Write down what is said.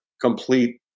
complete